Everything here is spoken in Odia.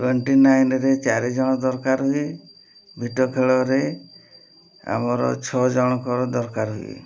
ଟ୍ୱେଣ୍ଟି ନାଇନ୍ରେ ଚାରିଜଣ ଦରକାର ହୁଏ ଭିଟ ଖେଳରେ ଆମର ଛଅ ଜଣଙ୍କର ଦରକାର ହୁଏ